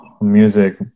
music